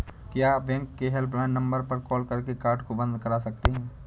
क्या बैंक के helpline number पर कॉल करके कार्ड को बंद करा सकते हैं?